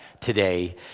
today